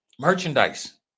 Merchandise